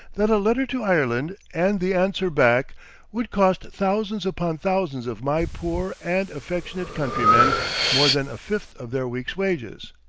that a letter to ireland and the answer back would cost thousands upon thousands of my poor and affectionate countrymen more than a fifth of their week's wages.